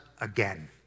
again